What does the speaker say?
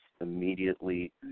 immediately